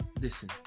Listen